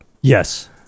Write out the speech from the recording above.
Yes